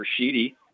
Rashidi